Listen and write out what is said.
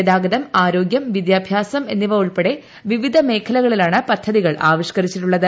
ഗതാഗതം ആരോഗ്യം വിദ്യാഭ്യാസം എന്നിവ ഉൾപ്പെടെ വിവിധ മേഖലകളിലാണ് പദ്ധതികൾ ആവിഷ്ക്കരിച്ചിട്ടുള്ളത്